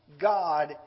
God